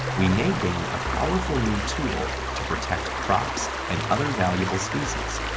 we may gain a powerful new tool to protect crops and other valuable species.